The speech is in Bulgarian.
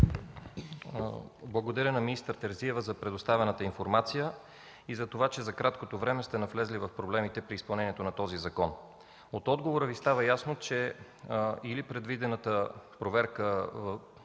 Благодаря, министър Терзиева, за предоставената информация и за това, че за краткото време сте навлезли в проблемите при изпълнението на този закон. От отговора Ви става ясно, че или предвидената в